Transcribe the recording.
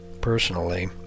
Personally